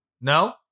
No